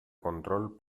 control